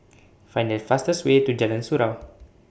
Find The fastest Way to Jalan Surau